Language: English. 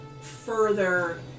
further